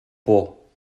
por